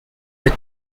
the